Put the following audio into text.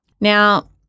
Now